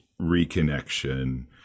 reconnection